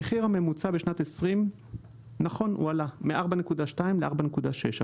המחיר הממוצע בשנת 2020 עלה מ-4.2 ל-4.6,